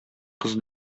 кыз